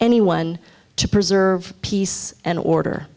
anyone to preserve peace and order